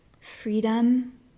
freedom